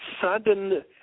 sudden